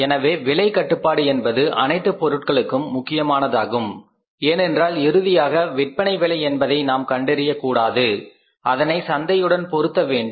எனவே விலை கட்டுப்பாடு என்பது அனைத்து பொருட்களுக்கும் முக்கியமானதாகும் ஏனென்றால் இறுதியாக விற்பனை விலை என்பதை நாம் கண்டறிய கூடாது அதனை சந்தையுடன் பொருத்த வேண்டும்